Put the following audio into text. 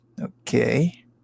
okay